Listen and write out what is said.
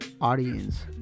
audience